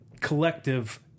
collective